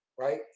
Right